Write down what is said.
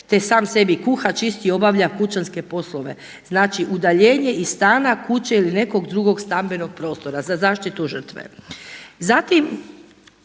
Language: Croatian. te sam sebi kuha, čisti, obavlja kućanske poslove. Znači udaljenje iz stana, kuće ili nekog drugog stambenog prostora za zaštitu žrtve. Zatim